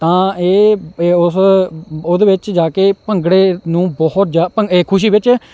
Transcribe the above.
ਤਾਂ ਇਹ ਉਸ ਉਹਦੇ ਵਿੱਚ ਜਾ ਕੇ ਭੰਗੜੇ ਨੂੰ ਬਹੁਤ ਖੁਸ਼ੀ ਵਿੱਚ